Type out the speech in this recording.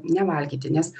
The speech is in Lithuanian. nevalgyti nes